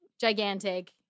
gigantic